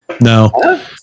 no